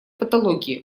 патологии